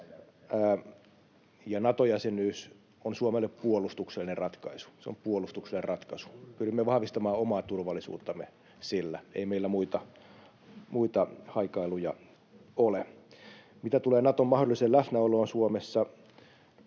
Nato-jäsenyys on Suomelle puolustuksellinen ratkaisu — se on puolustuksellinen ratkaisu. Pyrimme vahvistamaan sillä omaa turvallisuuttamme, [Oikealta: Juuri näin!] ei meillä muita haikailuja ole. Mitä tulee Naton mahdolliseen läsnäoloon Suomessa,